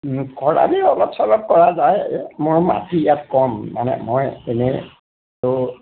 খৰালি অলপ চলপ কৰা যায়ে মোৰ মাটি ইয়াত কম মানে মই এনেটো